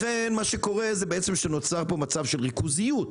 לכן נוצר פה מצב של ריכוזיות.